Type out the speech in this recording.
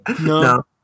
No